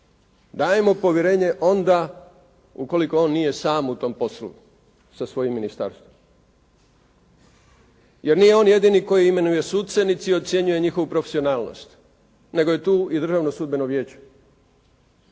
dajemo povjerenje onda ukoliko on nije sam u tom poslu sa svojim ministarstvom. Jer nije on jedini koji imenuje suce niti ocjenjuje njihovu profesionalnost, nego je tu i Državno sudbeno vijeće